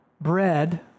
bread